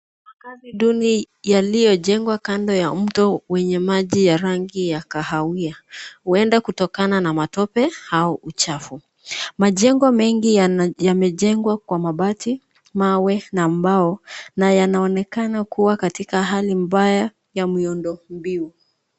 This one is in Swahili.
Hali duni yaliyojengwa kando ya mto wenye maji ya rangi ya kahawia huenda kutokana na matope au uchafu, majengo mengi yamejengwa kwa mabati mawe na mbao na yanaonekana kuwa katika hali mbaya ya miundo mbiu.